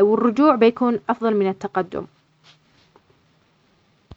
والرجوع بيكون أفضل من التقدم.